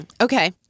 Okay